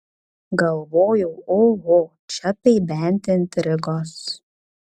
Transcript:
galvojau oho čia tai bent intrigos